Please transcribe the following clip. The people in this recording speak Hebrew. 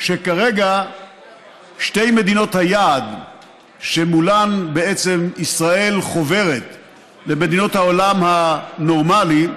שכרגע שתי מדינות היעד שמולן ישראל חוברת למדינות העולם הנורמלי,